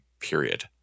period